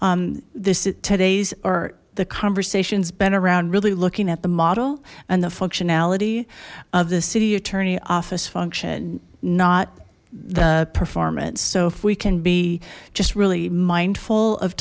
this today's are the conversations been around really looking at the model and the functionality of the city attorney office function not the performance so if we can be just really mindful of